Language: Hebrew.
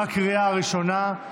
בקריאה הראשונה.